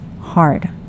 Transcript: hard